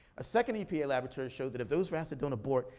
a second epa laboratory showed that if those rats that don't abort,